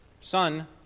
son